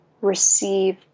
receive